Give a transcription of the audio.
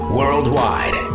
worldwide